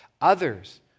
others